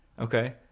Okay